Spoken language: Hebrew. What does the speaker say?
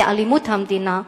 לאלימות המדינה,